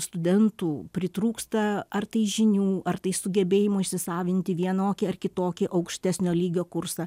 studentų pritrūksta ar tai žinių ar tai sugebėjimo įsisavinti vienokį ar kitokį aukštesnio lygio kursą